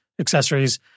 accessories